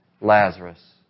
Lazarus